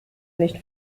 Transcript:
nicht